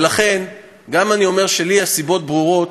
ולכן גם אם אני אומר שלי הסיבות ברורות,